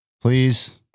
Please